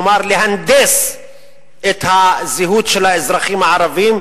כלומר להנדס את הזהות של האזרחים הערבים,